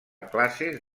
classes